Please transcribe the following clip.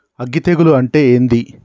అగ్గి తెగులు అంటే ఏంది?